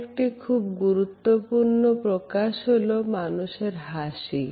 আরেকটি খুব গুরুত্বপূর্ণ প্রকাশ হলো মানুষের হাসি